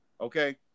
Okay